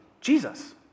Jesus